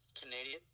Canadian